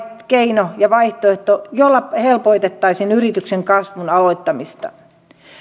keino ja vaihtoehto jolla helpotettaisiin yrityksen kasvun aloittamista